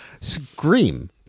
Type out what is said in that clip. Scream